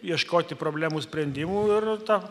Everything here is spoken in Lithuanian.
ieškoti problemų sprendimų ir tą